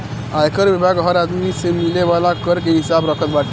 आयकर विभाग हर आदमी से मिले वाला कर के हिसाब रखत बाटे